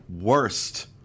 worst